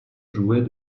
jouait